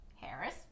Harris